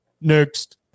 Next